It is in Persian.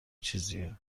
چیزیه